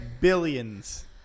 billions